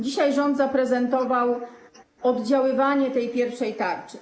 Dzisiaj rząd zaprezentował oddziaływanie tej pierwszej tarczy.